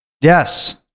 Yes